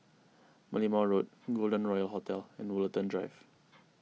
Merlimau Road Golden Royal Hotel and Woollerton Drive